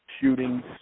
shootings